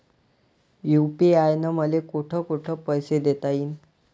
UPI न मले कोठ कोठ पैसे देता येईन?